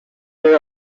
there